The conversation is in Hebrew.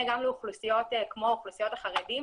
גם לאוכלוסיות כמו האוכלוסיות החרדיות,